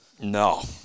No